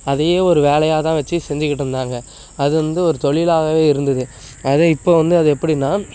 அதையே ஒரு வேலையாக தான் வச்சி செஞ்சிக்கிட்டுருந்தாங்க அது வந்து ஒரு தொழிலாகவே இருந்துது அதை இப்போ வந்து அது எப்படின்னா